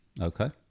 Okay